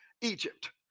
Egypt